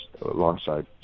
alongside